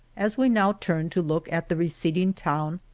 as we now turn to look at the receding town,